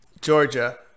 Georgia